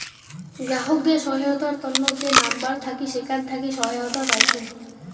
গ্রাহকদের সহায়তার তন্ন যে নাম্বার থাকি সেখান থাকি সহায়তা পাইচুঙ